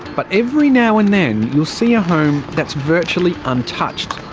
but every now and then you'll see a home that's virtually untouched.